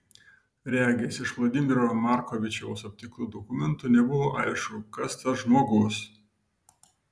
regis iš vladimiro markovičiaus aptiktų dokumentų nebuvo aišku kas tas žmogus